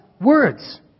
words